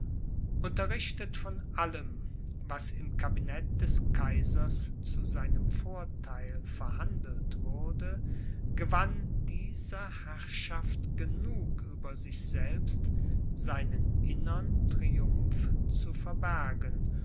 unterrichtet von allem was im kabinet des kaisers zu seinem vortheil verhandelt wurde gewann dieser herrschaft genug über sich selbst seinen innern triumph zu verbergen